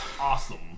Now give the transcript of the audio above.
awesome